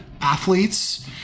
athletes